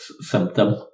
symptom